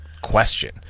question